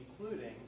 including